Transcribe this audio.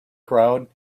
crowd